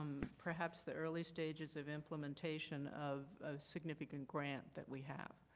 perhaps the early stages of implementation of a significant grant that we have.